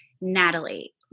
Natalie